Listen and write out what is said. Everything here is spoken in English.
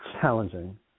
challenging